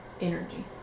energy